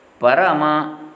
Parama